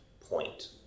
point